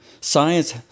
Science